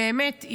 באמת,